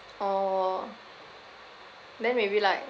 oh then maybe like